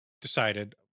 decided